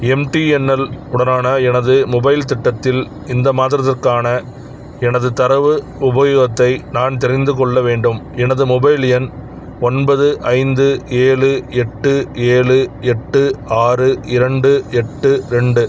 MTNL உடனான எனது mobile திட்டத்தில் இந்த மாதத்திற்கான எனது தரவு உபயோகத்தை நான் தெரிந்துக் கொள்ள வேண்டும் எனது மொபைல் எண் ஒன்பது ஐந்து ஏழு எட்டு ஏழு எட்டு ஆறு இரண்டு எட்டு ரெண்டு